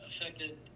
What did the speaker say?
affected